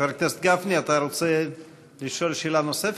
חבר הכנסת גפני, אתה רוצה לשאול שאלה נוספת?